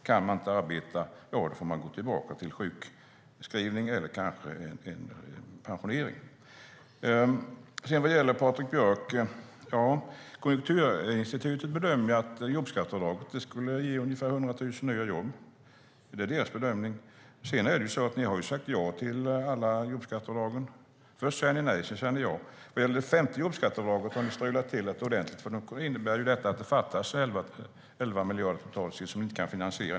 Kan man inte arbeta får man gå tillbaka till sjukskrivning eller kanske bli pensionerad. När det gäller det som Patrik Björck sade bedömer Konjunkturinstitutet att jobbskatteavdraget skulle ge ungefär 100 000 nya jobb. Det är deras bedömning. Sedan är det så att ni har sagt ja till alla jobbskatteavdrag. Först säger ni nej, och sedan säger ni ja. När det gäller det femte jobbskatteavdraget har ni strulat till det ordentligt eftersom det innebär att det fattas 11 miljarder som ni inte kan finansiera.